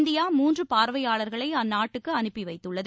India மூன்று பார்வையாளர்களை அந்நாட்டுக்கு அனுப்பி வைத்துள்ளது